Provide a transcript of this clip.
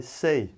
say